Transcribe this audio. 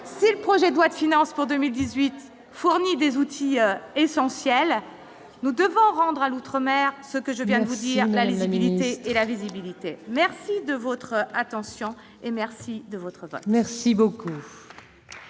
le projet de loi de finances pour 2018 fournit des outils essentiels, nous devons rendre à l'Outre-mer. Ce que je viens de vous dire la lisibilité et la visibilité, merci de votre attention et merci de votre vote